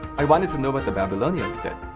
i wanted to know what the babylonians did.